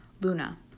Luna